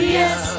yes